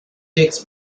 takes